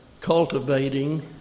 cultivating